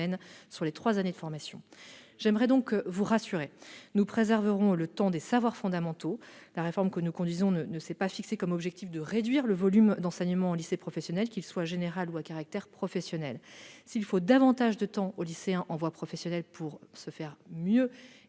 cours des trois années de formation. J'aimerais vous rassurer. Nous préserverons le temps des savoirs fondamentaux : la réforme que nous menons n'a pas pour objectif de réduire le volume d'enseignement en lycée professionnel, qu'il soit général ou à caractère professionnel. S'il faut davantage de temps à ces lycéens pour qu'ils s'immergent plus et mieux